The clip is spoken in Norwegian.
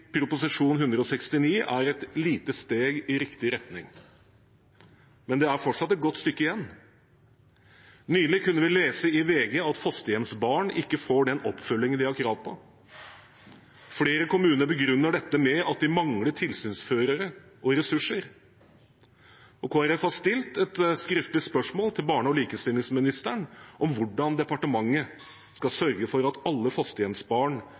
169 L er et lite steg i riktig retning, men det er fortsatt et godt stykke igjen. Nylig kunne vi lese i VG at fosterhjemsbarn ikke får den oppfølgingen de har krav på. Flere kommuner begrunner dette med at de mangler tilsynsførere og ressurser. Kristelig Folkeparti har stilt et skriftlig spørsmål til barne- og likestillingsministeren om hvordan departementet skal sørge for at alle fosterhjemsbarn